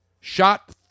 shot